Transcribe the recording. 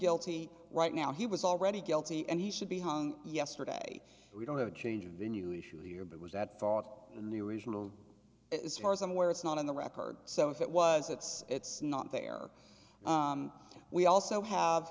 guilty right now he was already guilty and he should be hung yesterday we don't have a change of venue issue here but was that thought of a new original as far as i'm aware it's not in the record so if it was it's it's not there we also have